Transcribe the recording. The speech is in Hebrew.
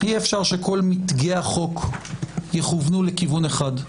אי-אפשר שכל מתגי החוק יכוונו לכיוון אחד.